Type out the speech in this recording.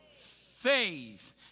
faith